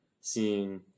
seeing